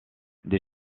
des